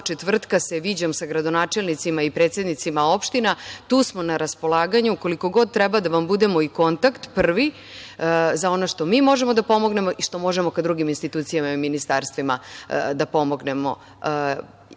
ministarstvu viđam sa gradonačelnicima i predsednicima opština. Tu smo na raspolaganju koliko god treba da vam budemo i kontakt prvi za ono što mi možemo da pomognemo i što možemo ka drugim institucijama i ministarstvima da pomognemo. Javite